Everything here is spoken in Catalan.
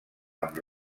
amb